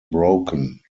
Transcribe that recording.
broken